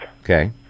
Okay